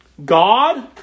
God